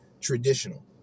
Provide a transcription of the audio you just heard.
traditional